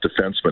defenseman